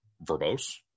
verbose